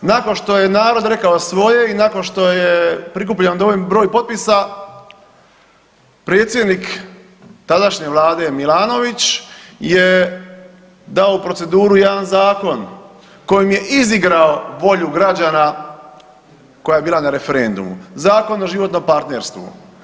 Nakon što je narod rekao svoje i nakon što je prikupljen dovoljan broj potpisa predsjednik tadašnje vlade Milanović je dao u proceduru jedan zakon kojim je izigrao volju građana koja je bila na referendumu, Zakon o životnom partnerstvu.